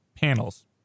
panels